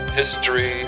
history